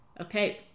Okay